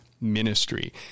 ministry